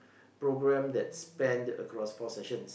programme that span across four sessions